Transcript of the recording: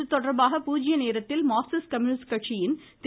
இதுதொடர்பாக பூஜ்ய நேரத்தில் மார்க்சிஸ்ட் கம்யூனிஸ்ட் கட்சியின் திரு